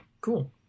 Cool